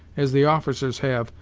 as the officers have,